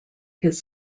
his